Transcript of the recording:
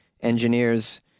Engineers